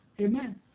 Amen